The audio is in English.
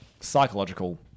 psychological